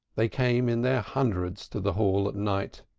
they came in their hundreds to the hall at night.